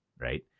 right